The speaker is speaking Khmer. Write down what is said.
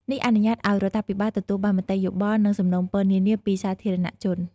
នេះអនុញ្ញាតឱ្យរដ្ឋាភិបាលទទួលបានមតិយោបល់ និងសំណូមពរនានាពីសាធារណជន។